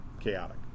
chaotic